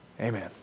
Amen